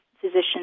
physicians